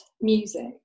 music